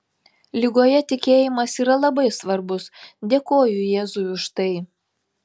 ligoje tikėjimas yra labai svarbus dėkoju jėzui už tai